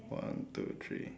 one two three